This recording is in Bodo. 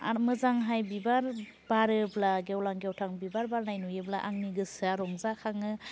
आर मोजांहाय बिबार बारोब्ला गेवलां गेवथां बिबार बारनाय नुयोब्ला आंनि गोसोया रंजा खाङो